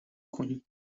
کنیم